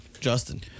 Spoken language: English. Justin